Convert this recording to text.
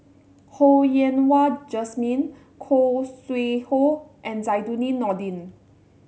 Ho Yen Wah Jesmine Khoo Sui Hoe and Zainudin Nordin